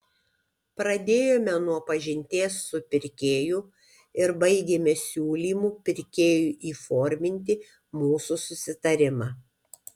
pradėjome nuo pažinties su pirkėju ir baigėme siūlymu pirkėjui įforminti mūsų susitarimą